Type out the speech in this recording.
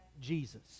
Jesus